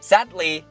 Sadly